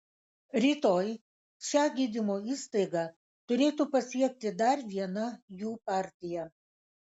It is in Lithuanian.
rytoj šią gydymo įstaigą turėtų pasiekti dar viena jų partija